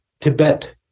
Tibet